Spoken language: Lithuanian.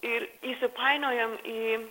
ir įsipainiojam į